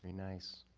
nice.